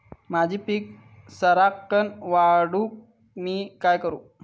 माझी पीक सराक्कन वाढूक मी काय करू?